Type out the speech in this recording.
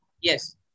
yes